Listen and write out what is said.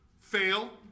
Fail